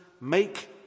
make